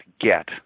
get